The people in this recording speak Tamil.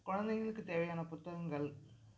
கொழந்தைங்களுக்கு தேவையான புத்தகங்கள்